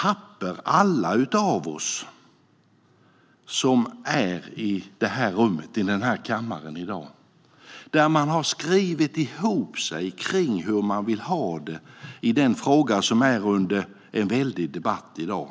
Alla vi som nu är i kammaren har fått ett papper där man har skrivit ihop sig kring hur man vill ha det i den fråga som är under en väldig debatt i dag.